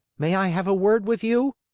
may i have a word with you?